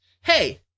Hey